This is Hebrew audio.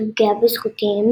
ופגיעה בזכויותיהם